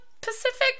Pacific